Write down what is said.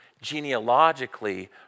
genealogically